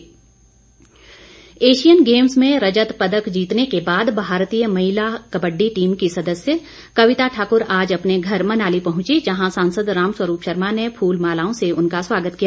kabaddi Asian Games में रजत पदक जीतने के बाद भारतीय महिला कबड्डी टीम की सदस्य कविता ठाकुर आज अपने घर मनाली पहुंची जहां सांसद रामस्वरूप शर्मा ने फूल मालाओं से उनका स्वागत किया